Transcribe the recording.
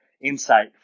insight